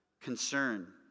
concern